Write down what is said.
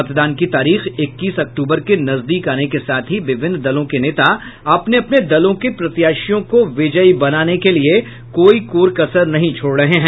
मतदान की तारीख इक्कीस अक्टूबर के नजदीक आने के साथ ही विभिन्न दलों के नेता अपने अपने दलों के प्रत्याशियों को विजयी बनाने के लिये कोई कोर कसर नहीं छोड़ रहे हैं